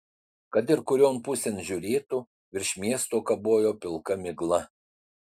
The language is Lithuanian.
kad ir kurion pusėn žiūrėtų virš miesto kabojo pilka migla